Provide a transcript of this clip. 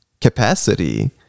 capacity